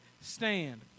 stand